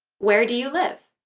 where do you live?